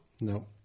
No